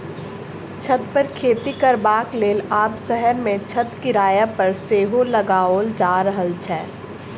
छत पर खेती करबाक लेल आब शहर मे छत किराया पर सेहो लगाओल जा रहल छै